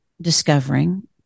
discovering